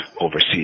overseas